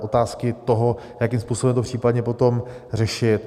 Otázky toho, jakým způsobem to případně potom řešit.